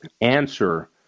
answer